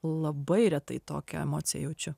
labai retai tokią emociją jaučiu